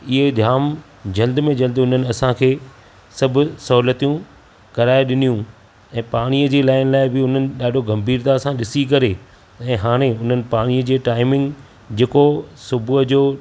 इहे जाम जल्द में जल्द हुननि असां खे सभु सहूलियतूं कराए ॾिनियूं ऐं पाणीअ जी लाइन लाइ बि हुननि ॾाढो गंभीरता सां ॾिसी करे ऐं हाणे हुननि पाणीअ जी टाईमिंग जेको सुबुह जो